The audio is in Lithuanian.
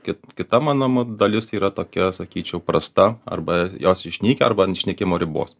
kit kita mano mu dalis yra tokia sakyčiau prasta arba jos išnykę arba an išnykimo ribos